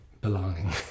belonging